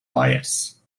lawyers